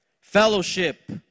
Fellowship